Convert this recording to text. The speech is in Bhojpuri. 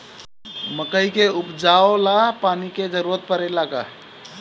मकई के उपजाव ला पानी के जरूरत परेला का?